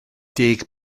deg